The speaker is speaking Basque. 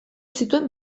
zituen